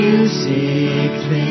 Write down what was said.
Music